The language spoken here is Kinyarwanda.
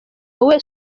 wowe